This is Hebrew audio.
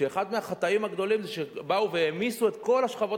אחד מהחטאים הגדולים זה שבאו והעמיסו את כל השכבות